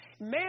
man